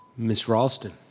ms. raulston.